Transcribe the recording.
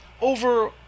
Over